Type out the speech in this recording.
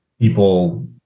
people